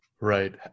Right